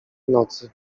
nocy